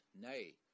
nay